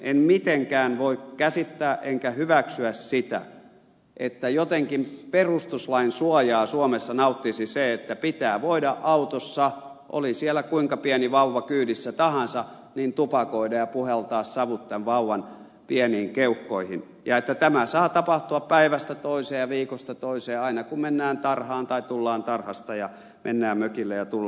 en mitenkään voi käsittää enkä hyväksyä sitä että jotenkin perustuslain suojaa suomessa nauttisi se että pitää voida autossa tupakoida oli siellä kuinka pieni vauva kyydissä tahansa ja puhaltaa savut tämän vauvan pieniin keuhkoihin ja tämä saa tapahtua päivästä toiseen ja viikosta toiseen aina kun mennään tarhaan tai tullaan tarhasta ja mennään mökille ja tullaan mökiltä ja niin edelleen